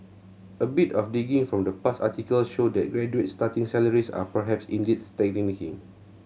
a bit of digging from past articles show that graduate starting salaries are perhaps indeed stagnating